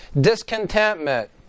discontentment